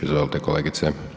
Izvolite kolegice.